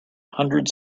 hundred